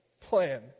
plan